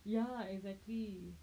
ya exactly